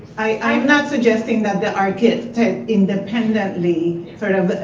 i'm not suggesting that the architect independently sort of,